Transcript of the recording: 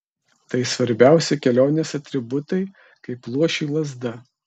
tai svarbiausi kelionės atributai kaip luošiui lazda